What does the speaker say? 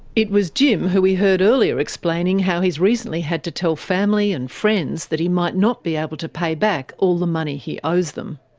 it was jim who we heard earlier explaining how he's recently had to tell family and friends that he might not be able to pay back all the money he owes them.